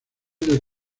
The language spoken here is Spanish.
del